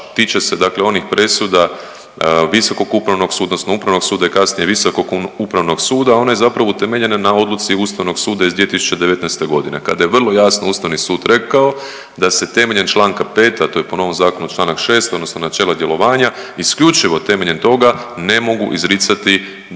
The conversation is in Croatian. suda i kasnije Visokog upravnog suda, a ona je zapravo utemeljena na odluci Ustavnog suda iz 2019.g. kada je vrlo jasno Ustavni sud rekao da se temeljem čl. 5., a to je po novom zakonu čl. 6. odnosno načela djelovanja isključivo temeljem toga ne mogu izricati